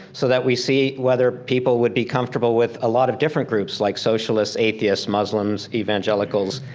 so that we see whether people would be comfortable with a lot of different groups like socialist, atheist, muslims, evangelicals,